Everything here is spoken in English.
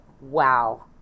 wow